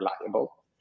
reliable